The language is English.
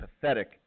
pathetic